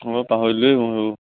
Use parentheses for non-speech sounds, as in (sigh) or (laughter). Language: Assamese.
অঁ পাহৰিলে (unintelligible)